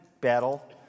battle